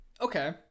Okay